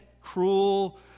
cruel